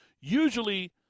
Usually